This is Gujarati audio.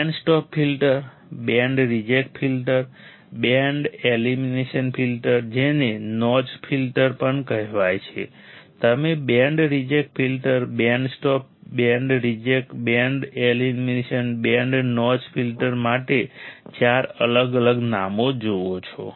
band stop filter band reject filter band elimination filter જેને નોચ ફિલ્ટર પણ કહેવાય છે તમે band reject filter band stop band reject band elimination band notch filter માટે ચાર અલગ અલગ નામો જુઓ છો